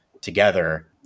together